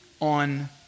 on